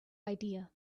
idea